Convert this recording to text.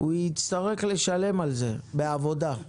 הוא יצטרך לשלם על זה בעבודה.